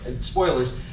spoilers